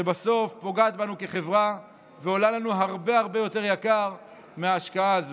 שבסוף פוגעת בנו כחברה ועולה לנו הרבה הרבה יותר יקר מההשקעה הזאת.